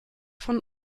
von